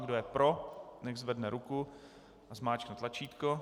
Kdo je pro, nechť zvedne ruku a zmáčkne tlačítko.